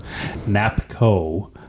NAPCO